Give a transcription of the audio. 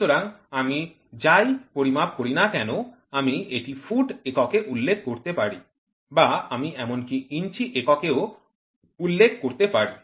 সুতরাং আমি যাই পরিমাপ করি না কেন আমি এটি ফুট এককে উল্লেখ করতে পারি বা আমি এমনকি ইঞ্চি একককেও উল্লেখ করতে পারি